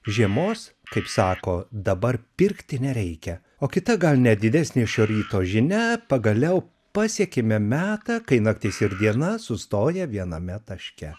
žiemos kaip sako dabar pirkti nereikia o kita gal net didesnė šio ryto žinia pagaliau pasiekėme metą kai naktis ir diena sustoja viename taške